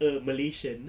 a malaysian